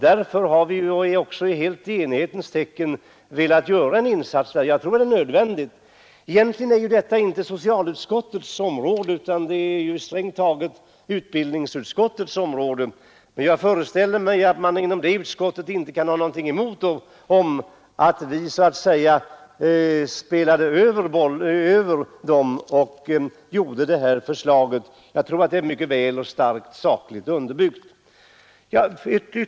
Därför har vi också helt i enighetens tecken velat göra en insats. Jag tror det är nödvändigt. Egentligen är detta inte socialutskottets område utan strängt taget utbildningsutskottets, men jag föreställer mig att man inom utbildningsutskottet inte har någonting emot att vi framlade detta förslag. Det är mycket starkt sakligt underbyggt.